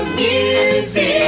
music